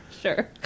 sure